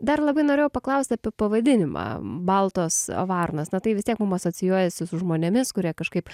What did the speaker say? dar labai norėjau paklausti apie pavadinimą baltos varnos na tai vis tiek mum asocijuojasi su žmonėmis kurie kažkaip